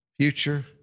future